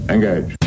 Engage